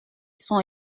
sont